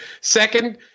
Second